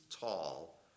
tall